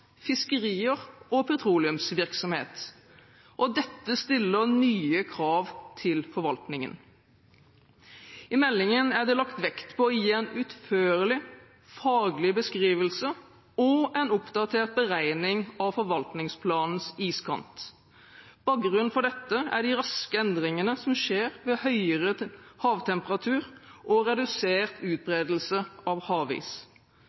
fiskerier og petroleumsvirksomhet. Dette stiller nye krav til forvaltningen. I meldingen er det lagt vekt på å gi en utførlig faglig beskrivelse og en oppdatert beregning av forvaltningsplanens iskant. Bakgrunnen for dette er de raske endringene som skjer med høyere havtemperatur og redusert utbredelse av